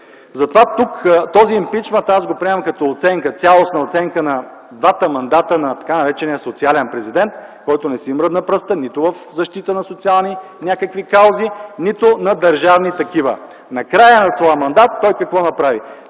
Затова този импийчмънт аз приемам като цялостна оценка на двата мандата на тъй наречения социален президент, който не си мръдна пръста – нито в защита на някакви социални каузи, нито на държавни. Накрая на своя мандат какво направи